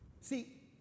See